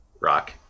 rock